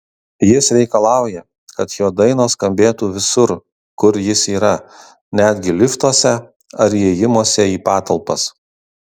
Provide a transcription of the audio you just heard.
jis reikalauja kad jo dainos skambėtų visur kur jis yra netgi liftuose ar įėjimuose į patalpas